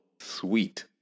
sweet